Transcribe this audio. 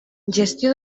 gestió